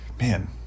man